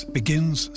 begins